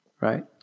right